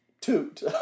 toot